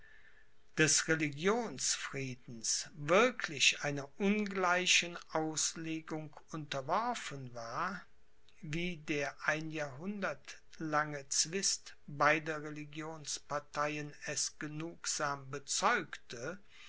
des religionsfriedens wirklich einer ungleichen auslegung unterworfen war wie der ein jahrhundert lange zwist beider religionsparteien es genugsam bezeugte